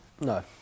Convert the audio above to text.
No